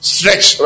Stretch